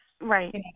right